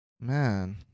man